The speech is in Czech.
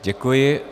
Děkuji.